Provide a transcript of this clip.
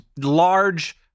large